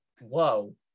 whoa